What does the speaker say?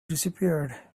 disappeared